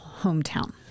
hometown